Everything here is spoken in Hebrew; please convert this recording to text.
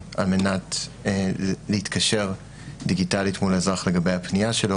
על מנת להתקשר דיגיטלית מול האזרח לגבי הפנייה שלו,